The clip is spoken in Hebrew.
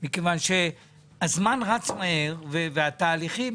כיוון שהזמן רץ מהר והתהליכים,